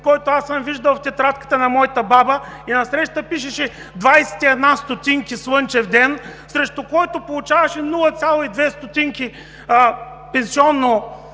който аз съм виждал в тетрадката на моята баба, и насреща пишеше: „21 стотинки – слънчев ден“, срещу който получаваше 0,2 стотинки пенсионно